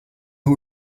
who